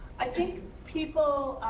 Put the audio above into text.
i think people